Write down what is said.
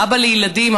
אבא לילדים,